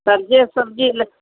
तऽ जे सब्जी लऽ